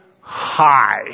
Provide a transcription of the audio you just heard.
high